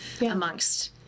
amongst